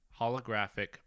holographic